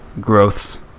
growths